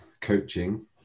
coaching